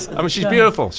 i mean she's beautiful,